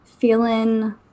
Feeling